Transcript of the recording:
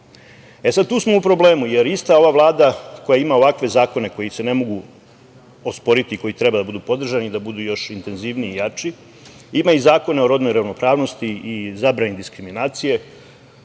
smo u problemu jer ista ova Vlada koja ima ovakve zakone koji se ne mogu osporiti, koji treba da budu podržani i da budu još intenzivniji i jači ima i Zakon o rodnoj ravnopravnosti i zabrani diskriminacije.